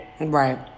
right